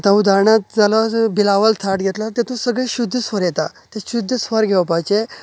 आतां उदारणांत जालो बिलावल थाट घेतलो तेतून सगळे शुद्ध स्वर येता ते शुद्ध स्वर घेवपाचे